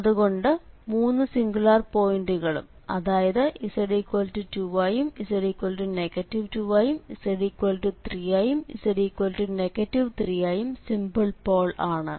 അതുകൊണ്ട് മൂന്നു സിംഗുലാർ പോയിന്റുകളും അതായത് z2i യും z 2i യും z3i യും z 3i യും സിംപിൾ പോൾ ആണ്